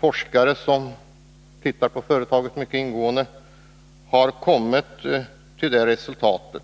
Forskare har undersökt företaget mycket ingående och kommit till det resultatet,